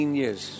years